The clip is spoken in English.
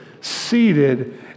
seated